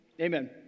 Amen